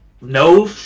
no